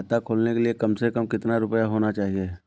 खाता खोलने के लिए कम से कम कितना रूपए होने चाहिए?